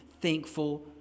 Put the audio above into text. thankful